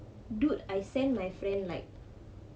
dude I send my friend like